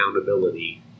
accountability